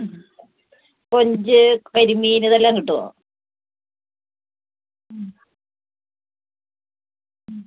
കൊഞ്ച് കരിമീൻ ഇതെല്ലാം കിട്ടുമോ